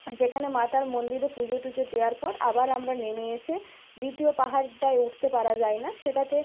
সেখানে মাতার মন্দিরে পুজো টুজো দেওয়ার পর আবার আমরা নেমে এসে দ্বিতীয় পাহাড়টায় উঠতে পারা যায় না সেটাতে